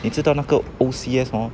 你知道那个 O_C_S hor